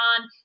on